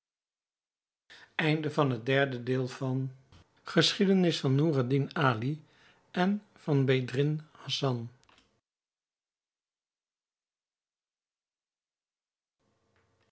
geschiedenis van noureddin ali en van bedreddin hassan